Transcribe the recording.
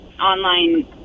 online